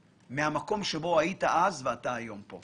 מהמקום שבו היית אז, איך אתה היית מגיב?